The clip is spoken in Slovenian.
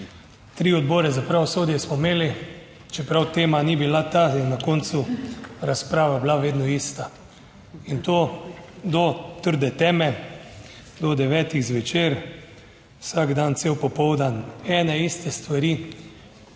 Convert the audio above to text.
tri odbore za pravosodje smo imeli, čeprav tema ni bila ta, je na koncu razprava bila vedno ista in to do trde teme, do devetih zvečer, vsak dan, cel popoldan, ene iste stvari.